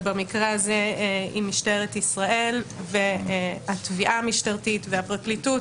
ובמקרה הזה עם משטרת ישראל והתביעה המשטרתית והפרקליטות,